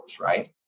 right